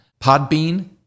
Podbean